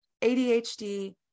ADHD